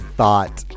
thought